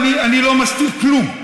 ואני לא מסתיר כלום,